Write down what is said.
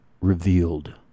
revealed